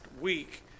week